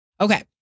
Okay